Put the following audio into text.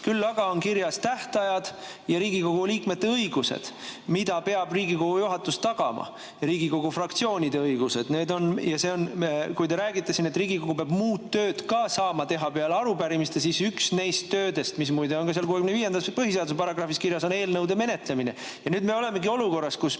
Küll aga on kirjas tähtajad ja Riigikogu liikmete õigused, mida peab Riigikogu juhatus tagama, samuti Riigikogu fraktsioonide õigused. Te räägite siin, et Riigikogu peab muud tööd ka saama teha peale arupärimiste, aga üks neist töödest, mis muide on ka seal põhiseaduse §-s 65 kirjas, on eelnõude menetlemine. Ja nüüd me olemegi olukorras, kus meie